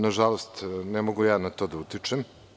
Nažalost, ne mogu ja na to da utičem.